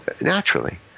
naturally